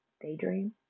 daydream